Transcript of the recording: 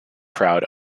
crowd